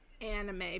anime